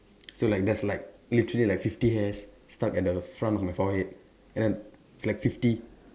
so like there's like literally like fifty hairs stuck at the front of my forehead and then like fifty